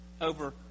over